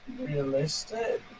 Realistic